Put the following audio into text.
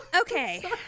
Okay